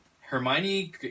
Hermione